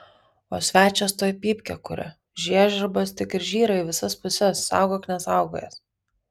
o svečias tuoj pypkę kuria žiežirbos tik ir žyra į visas puses saugok nesaugojęs